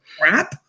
crap